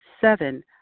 Seven